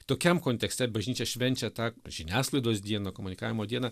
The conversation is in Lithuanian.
tokiam kontekste bažnyčia švenčia tą žiniasklaidos dieną komunikavimo dieną